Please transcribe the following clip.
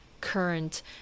current